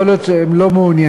יכול להיות שהם לא מעוניינים,